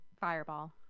fireball